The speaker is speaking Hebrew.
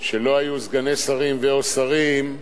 שלא היו סגני שרים ו/או שרים,